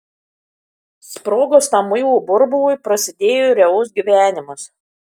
sprogus tam muilo burbului prasidėjo realus gyvenimas